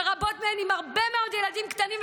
שרבות מהן עם הרבה מאוד ילדים קטנים,